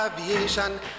aviation